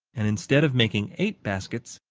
and instead of making eight baskets,